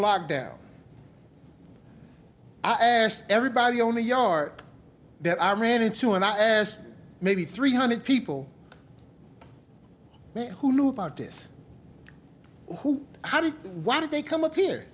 lockdown i asked everybody only yar that i ran into and i asked maybe three hundred people who knew about this who how did why did they come up here